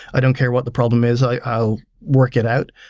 i don't care what the problem is. i'll work it out.